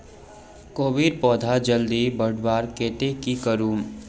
कोबीर पौधा जल्दी बढ़वार केते की करूम?